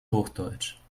hochdeutsch